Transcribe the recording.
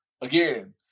again